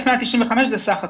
סך הכל.